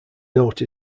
note